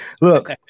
Look